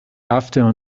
after